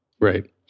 Right